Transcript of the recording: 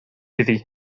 iddi